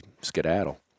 skedaddle